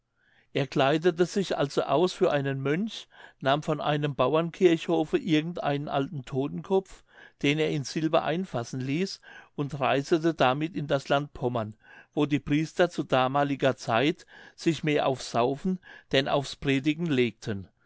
er kleidete sich also aus für einen mönch nahm von einem bauernkirchhofe irgend einen alten todtenkopf den er in silber einfassen ließ und reisete damit in das land pommern wo die priester zu damaliger zeit sich mehr aufs saufen denn aufs predigen legten